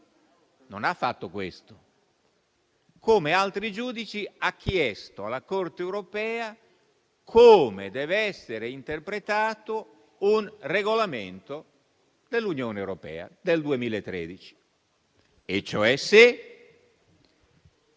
non ha fatto questo. Come altri giudici, ha chiesto alla Corte europea come deve essere interpretato un regolamento dell'Unione europea del 2013 e, cioè, se